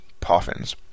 Poffins